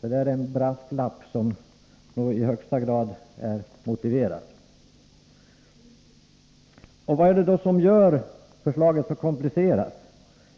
Detta är en brasklapp, som i högsta grad är motiverad. Vad är det då som gör förslaget så komplicerat?